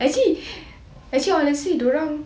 actually actually honestly diorang